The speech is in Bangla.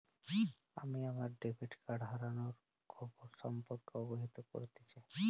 আমি আমার ডেবিট কার্ড হারানোর খবর সম্পর্কে অবহিত করতে চাই